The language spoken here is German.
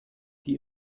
die